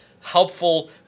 helpful